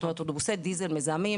אוטובוסי דיזל הם מזהמים,